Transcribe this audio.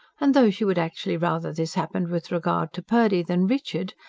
and though she would actually rather this happened with regard to purdy than richard,